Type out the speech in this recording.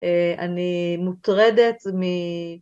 ‫אני מוטרדת מ